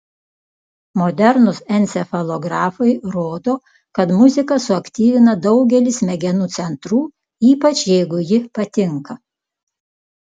modernūs encefalografai rodo kad muzika suaktyvina daugelį smegenų centrų ypač jeigu ji patinka